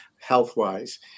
health-wise